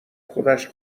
خودش